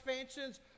expansions